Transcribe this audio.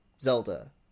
Zelda